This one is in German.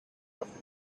auf